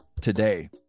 today